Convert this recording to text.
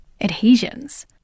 adhesions